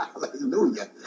Hallelujah